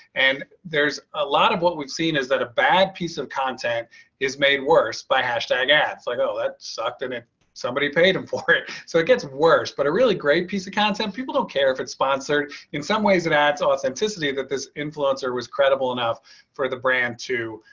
and there's a lot of what we've seen is that a bad piece of content. jim tobin is made worse by hashtag ads like oh that sucked. and if somebody paid him for it so it gets worse, but a really great piece of content, people don't care if it's sponsored in some ways, it adds authenticity, that this influencer was credible enough for the brand to